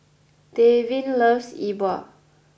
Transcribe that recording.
Davin loves E bua